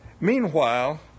Meanwhile